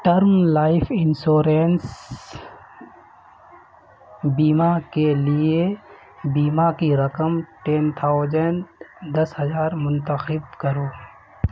term life insurance بیمہ کے لیے بیمہ کی رقم ٹین تھاؤجین دس ہزار منتخب کرو